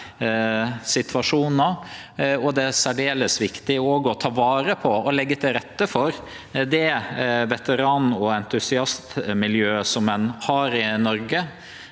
Det er særdeles viktig å ta vare på og leggje til rette for det veteran- og entusiastmiljøet som ein har i Noreg.